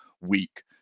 week